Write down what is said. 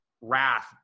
wrath